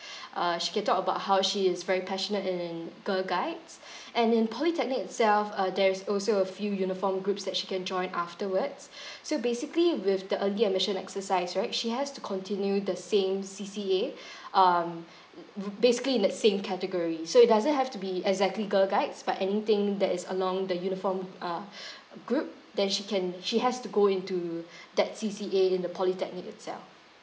uh she can talk about how she is very passionate in in girl guides and in polytechnic itself uh there's also a few uniform groups that she can join afterwards so basically with the early admission exercise right she has to continue the same C_C_A um basically in that same category so it doesn't have to be exactly girl guides but anything that is along the uniform uh group then she can she has to go into that C_C_A in the polytechnic itself